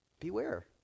Beware